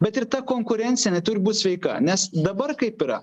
bet ir ta konkurencė turi būt sveika nes dabar kaip yra